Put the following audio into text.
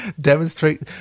demonstrate